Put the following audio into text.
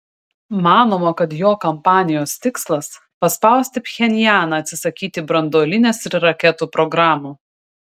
manoma kad jo kampanijos tikslas paspausti pchenjaną atsisakyti branduolinės ir raketų programų